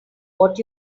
what